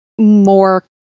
more